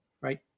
Right